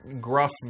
gruff